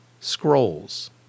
scrolls